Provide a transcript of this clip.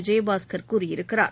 விஜயபாஸ்கர் கூறியிருக்கிறார்